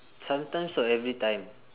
sometimes or everytime